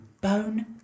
bone